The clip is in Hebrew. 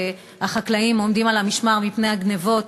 החקלאים עומדים על המשמר מפני גנבות,